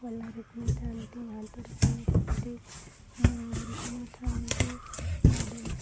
ଗଳାରେ ପିନ୍ଧିଥାନ୍ତି ହାତରେ ପିନ୍ଧିଥାନ୍ତି ମୁଣ୍ଡରେ ପିନ୍ଧିଥାନ୍ତି ପାଦରେ